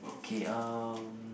K um